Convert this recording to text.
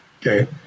okay